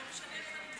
מה זה בעל עניין?